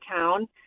town